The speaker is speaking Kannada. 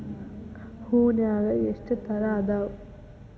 ಹೂನ್ಯಾಗ ಎಷ್ಟ ತರಾ ಅದಾವ್?